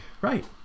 Right